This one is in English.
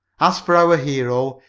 as for our hero,